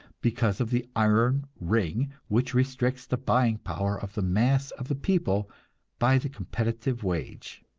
because of the iron ring which restricts the buying power of the mass of the people by the competitive wage.